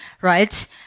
Right